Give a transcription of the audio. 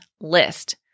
list